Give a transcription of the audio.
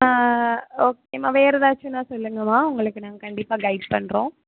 ஓகேம்மா வேறு ஏதாச்சுன்னா சொல்லுங்கம்மா உங்களுக்கு நாங்கள் கண்டிப்பாக கைட் பண்ணுறோம்